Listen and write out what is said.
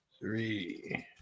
three